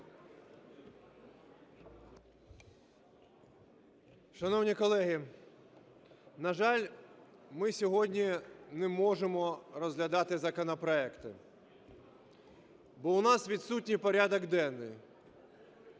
Шановні колеги, на жаль, ми сьогодні не можемо розглядати законопроекти, бо у нас відсутній порядок денний.